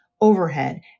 overhead